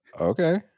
Okay